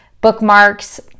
bookmarks